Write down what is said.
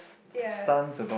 ya